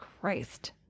Christ